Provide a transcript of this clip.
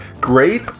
Great